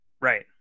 right